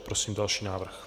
Prosím další návrh.